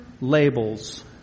labels